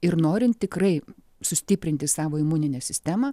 ir norint tikrai sustiprinti savo imuninę sistemą